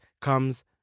comes